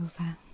over